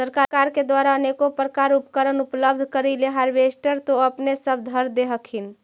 सरकार के द्वारा अनेको प्रकार उपकरण उपलब्ध करिले हारबेसटर तो अपने सब धरदे हखिन?